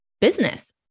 business